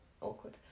awkward